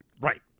Right